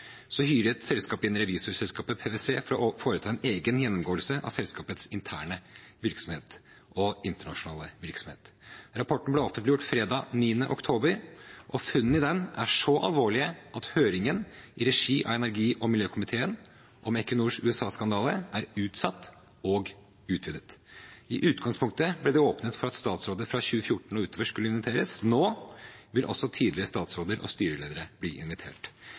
revisorselskapet PwC for å foreta en egen gjennomgåelse av selskapets interne virksomhet og internasjonale virksomhet. Rapporten ble offentliggjort fredag 9. oktober, og funnene i den er så alvorlige at høringen i regi av energi- og miljøkomiteen om Equinors USA-skandale er utsatt og utvidet. I utgangspunktet ble det åpnet for at statsråder fra 2014 og utover skulle inviteres. Nå vil også tidligere statsråder og styreledere bli invitert.